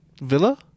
Villa